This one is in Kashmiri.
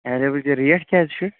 ریٚٹ کیٛاہ چھِ